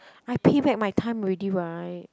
I pay back my time already right